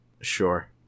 Sure